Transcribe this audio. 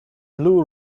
blue